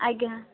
ଆଜ୍ଞା